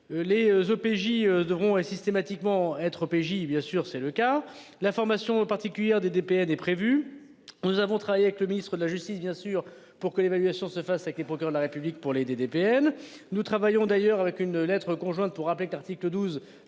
Les OPJ devront hein systématiquement être OPJ. Bien sûr, c'est le cas, la formation particulière DDPN est prévu. Nous avons travaillé avec le ministre de la justice bien sûr pour que l'évaluation se fasse avec les procureurs de la République pour les DDPN. Nous travaillons d'ailleurs avec une lettre conjointe pour rappeler que l'article 12